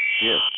Yes